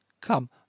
Come